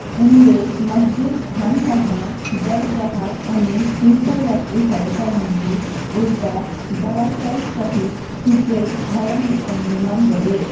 उनले मस्जिद खानकाह दरगाह अनि तीर्थयात्रीहरूका निम्ति एउटा जलाशयसहित थुप्रै भवनहरूको निर्माण गरे